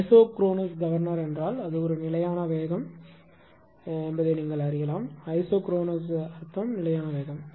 isochronous governor என்றால் அது ஒரு நிலையான வேகம் என்று நீங்கள் அறியலாம் ஐசோக்ரோனஸ் அர்த்தம் நிலையான வேகம்